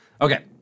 Okay